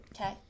Okay